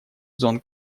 зон